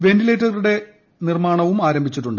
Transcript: വെന്റിലേറ്ററുകളുടെ നീർമ്മാണവും ആരംഭിച്ചിട്ടുണ്ട്